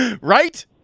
right